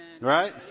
Right